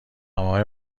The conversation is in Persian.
آقای